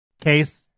case